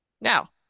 Now